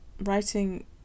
writing